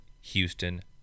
Houston